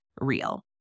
real